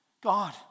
God